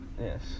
Yes